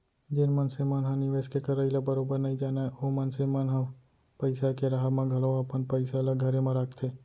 जेन मनसे मन ह निवेस के करई ल बरोबर नइ जानय ओ मनसे मन ह पइसा के राहब म घलौ अपन पइसा ल घरे म राखथे